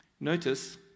Notice